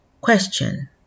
Question